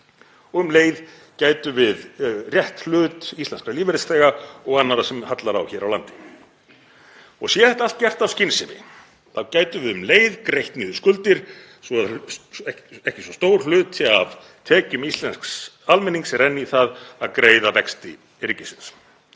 Um leið gætum við rétt hlut íslenskra lífeyrisþega og annarra sem hallar á hér á landi. Sé þetta allt gert af skynsemi þá gætum við um leið greitt niður skuldir svo ekki stór hluti af tekjum íslensks almennings renna í það að greiða vexti ríkisins.